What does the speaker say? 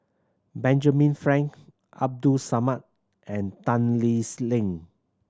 Benjamin Frank Abdul Samad and Tan Lee's Leng